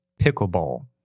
pickleball